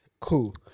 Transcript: cool